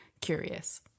curious